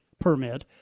permit